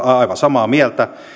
aivan samaa mieltä